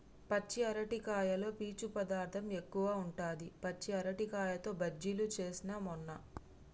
పచ్చి అరటికాయలో పీచు పదార్ధం ఎక్కువుంటది, పచ్చి అరటికాయతో బజ్జిలు చేస్న మొన్న